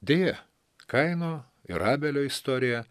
deja kaino ir abelio istorija